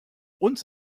uns